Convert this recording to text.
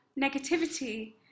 negativity